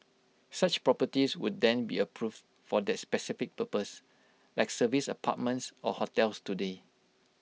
such properties would then be approved for that specific purpose like service apartments or hotels today